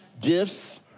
gifts